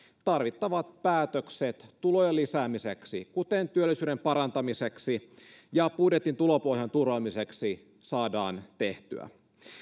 tarvittavat päätökset tulojen lisäämiseksi kuten työllisyyden parantamiseksi ja budjetin tulopohjan turvaamiseksi saadaan tehtyä